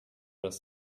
das